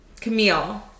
Camille